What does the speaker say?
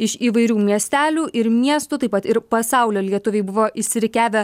iš įvairių miestelių ir miestų taip pat ir pasaulio lietuviai buvo išsirikiavę